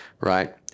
Right